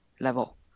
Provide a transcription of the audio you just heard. level